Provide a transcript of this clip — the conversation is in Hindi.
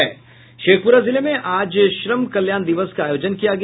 शेखप्रा जिले में आज श्रम कल्याण दिवस का आयोजन किया गया